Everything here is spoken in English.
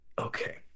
okay